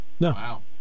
No